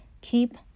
Keep